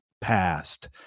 past